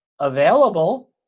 available